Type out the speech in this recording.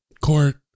court